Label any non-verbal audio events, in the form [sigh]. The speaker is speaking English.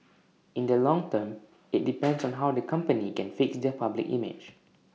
in the long term IT depends [noise] on how the company can fix their public image